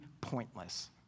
pointless